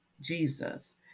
Jesus